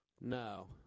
No